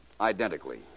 identically